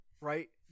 right